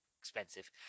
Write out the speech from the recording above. expensive